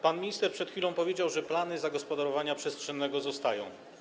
Pan minister przed chwilą powiedział, że plany zagospodarowania przestrzennego zostają.